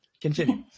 Continue